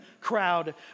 crowd